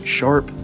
sharp